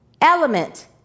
Element